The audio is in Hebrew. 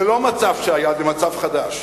זה לא מצב שהיה, זה מצב חדש.